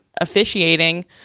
officiating